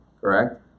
correct